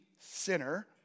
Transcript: sinner